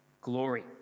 glory